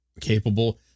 capable